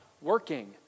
working